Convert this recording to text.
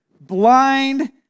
blind